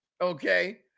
Okay